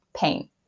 Paint